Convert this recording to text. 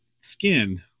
skin